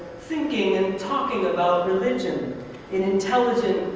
thinking and talking about religion and intelligent,